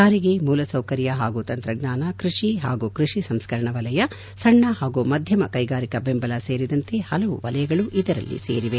ಸಾರಿಗೆ ಮೂಲ ಸೌಕರ್ಯ ಹಾಗೂ ತಂತ್ರಜ್ಙಾನ ಕೃಷಿ ಹಾಗೂ ಕೃಷಿ ಸಂಸ್ಕರಣ ವಲಯ ಸಣ್ಣ ಹಾಗೂ ಮಧ್ವಮ ಕೈಗಾರಿಕಾ ಬೆಂಬಲ ಸೇರಿದಂತೆ ಹಲವು ವಲಯಗಳು ಇದರಲ್ಲಿ ಸೇರಿವೆ